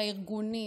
הארגונים,